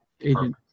agent